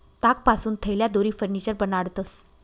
तागपासून थैल्या, दोरी, फर्निचर बनाडतंस